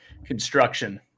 construction